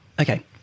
Okay